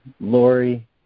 Lori